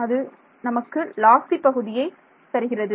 அது நமக்கு லாசி பகுதியை தருகிறது